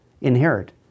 inherit